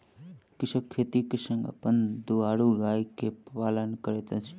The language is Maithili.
कृषक खेती के संग अपन दुधारू गाय के पालन करैत अछि